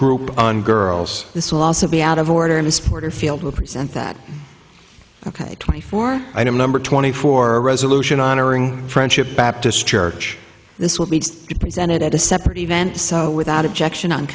group on girls this will also be out of order in this porterfield will present that ok twenty four item number twenty four a resolution honoring friendship baptist church this will be presented at a separate event without objection on